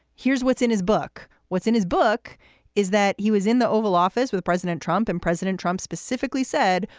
here's what's in his book. what's in his book is that he was in the oval office with president trump. and president trump specifically said,